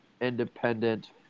independent